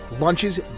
Lunches